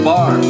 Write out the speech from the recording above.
Bar